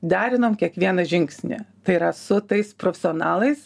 derinom kiekvieną žingsnį tai yra su tais profsionalais